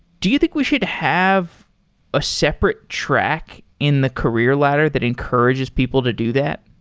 do you think we should have a separate track in the career ladder that encourages people to do that?